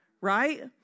right